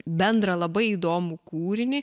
bendrą labai įdomų kūrinį